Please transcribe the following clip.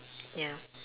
ya